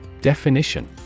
Definition